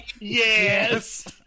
Yes